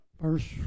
Verse